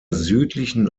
südlichen